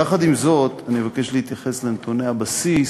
יחד עם זאת, אני מבקש להתייחס לנתוני הבסיס